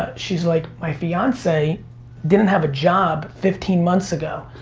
ah she's like, my fiance didn't have a job fifteen months ago.